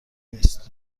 نیست